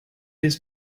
his